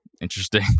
Interesting